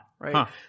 right